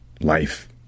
life